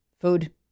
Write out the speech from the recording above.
food